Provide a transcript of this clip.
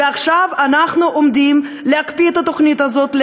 אבל עכשיו אנחנו עומדים להקפיא את התוכנית הזאת,